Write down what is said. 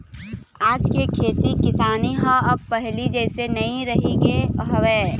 आज के खेती किसानी ह अब पहिली जइसे नइ रहिगे हवय